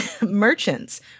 merchants